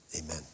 amen